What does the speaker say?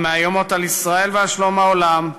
המאיימות על ישראל ועל שלום העולם,